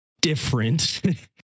different